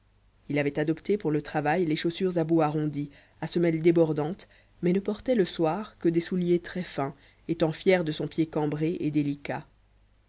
il avait adopté pour le travail les chaussures à bout arrondi à semelle débordante mais ne portait le soir que des souliers très fins étant fier de son pied cambré et délicat